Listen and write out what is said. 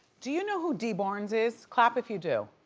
do you know who dee barnes is? clap if you do.